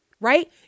Right